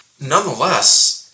Nonetheless